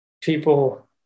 people